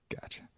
Gotcha